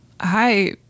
Hi